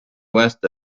west